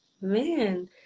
man